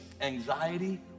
anxiety